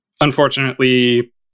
Unfortunately